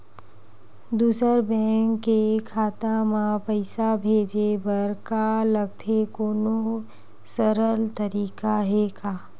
दूसरा बैंक के खाता मा पईसा भेजे बर का लगथे कोनो सरल तरीका हे का?